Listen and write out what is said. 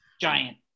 giant